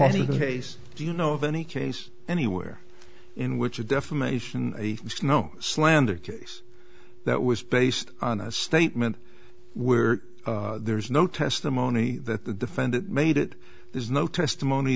do you know of any case anywhere in which a defamation snow slander case that was based on a statement where there is no testimony that the defendant made it there's no testimony